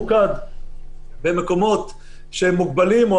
אנחנו דחפנו את זה במשך חודש